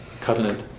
covenant